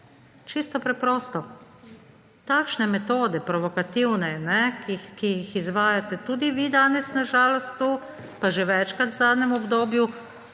Čisto preprosto. Takšne metode provokativne, ki jih izvajate tudi vi danes na žalost tu, pa že večkrat v zadnjem obdobju,